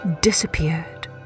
disappeared